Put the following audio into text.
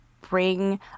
bring